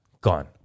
gone